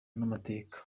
n’amateka